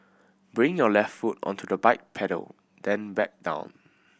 bring your left foot onto the bike pedal then back down